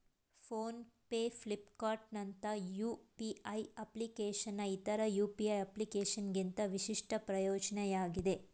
phone pay ಫ್ಲಿಪ್ಕಾರ್ಟ್ನಂತ UPI ಅಪ್ಲಿಕೇಶನ್ನ್ ಇತರ ಯು.ಪಿ.ಐ ಅಪ್ಲಿಕೇಶನ್ಗಿಂತ ವಿಶಿಷ್ಟ ಪ್ರಯೋಜ್ನ ಆಗಿದೆ